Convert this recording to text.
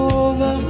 over